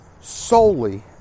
solely